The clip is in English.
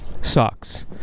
sucks